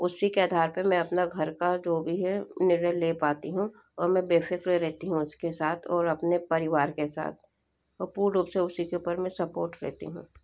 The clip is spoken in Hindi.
उसी के आधार पे मैं अपना घर का जो भी है निर्णय ले पाती हूँ और मैं बेफ़िक्र रहती हूँ और उसके साथ और अपने परिवार के साथ और पूर्ण रूप से उसी के ऊपर मैं सपोर्ट लेती हूँ